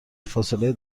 فاصله